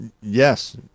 Yes